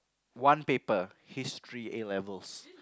one paper history A levels